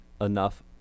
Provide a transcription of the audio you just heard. enough